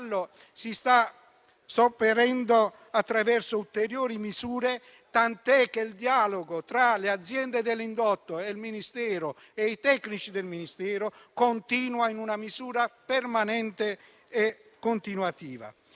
si sta sopperendo attraverso ulteriori misure, tant'è che il dialogo tra le aziende dell'indotto e i tecnici del Ministero continua in una misura permanente e continuativa.